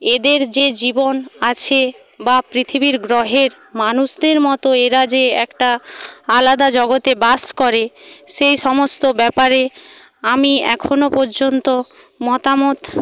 এদের যে জীবন আছে বা পৃথিবীর গ্রহের মানুষদের মতো এরা যে একটা আলাদা জগতে বাস করে সেই সমস্ত ব্যাপারে আমি এখনও পর্যন্ত মতামত